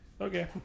Okay